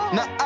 Now